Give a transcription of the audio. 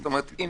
זאת אומרת, אם